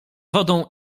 wodą